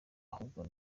ahubwo